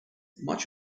much